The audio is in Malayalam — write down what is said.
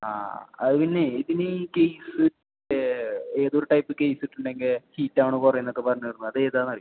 ആ അത് പിന്നെ ഇതിനീ കേസ് ഏതോ ഒരു ടൈപ്പ് കേസ് ഇട്ടിട്ടുണ്ടെങ്കീൽ ഹീറ്റാണ് കുറയുന്നൊക്കെ പറഞ്ഞിരുന്നു അത് ഏതാന്നറിയോ